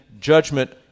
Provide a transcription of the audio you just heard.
judgment